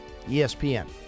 ESPN